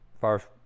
First